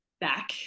back